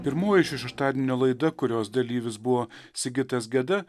pirmoji šio šeštadienio laida kurios dalyvis buvo sigitas geda